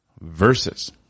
verses